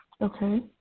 Okay